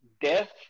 death